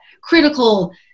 critical